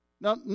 Now